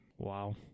Wow